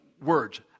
words